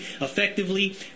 effectively